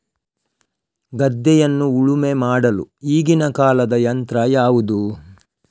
ಗದ್ದೆಯನ್ನು ಉಳುಮೆ ಮಾಡಲು ಈಗಿನ ಕಾಲದ ಯಂತ್ರ ಯಾವುದು?